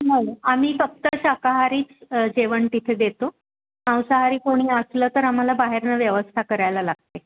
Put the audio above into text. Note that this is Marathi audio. आम्ही फक्त शाकाहारीच जेवण तिथे देतो मांसाहारी कोणी असलं तर आम्हाला बाहेरनं व्यवस्था करायला लागते